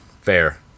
Fair